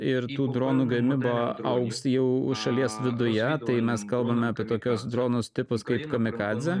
ir tų dronų gamyba augs jau šalies viduje tai mes kalbame apie tokius dronus tipus kaip kamikadzė